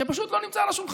שפשוט לא נמצא על השולחן.